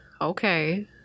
okay